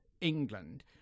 England